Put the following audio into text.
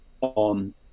on